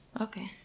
Okay